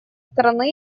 стороны